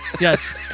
Yes